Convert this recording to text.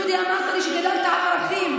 דודי, אמרת לי שגדלת על ערכים.